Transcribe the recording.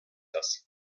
das